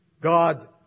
God